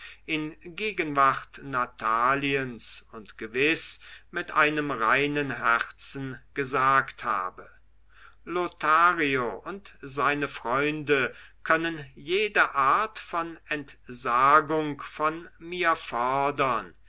in gegenwart nataliens und gewiß mit einem reinen herzen gesagt habe lothario und seine freunde können jede art von entsagung von mir fordern